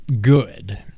good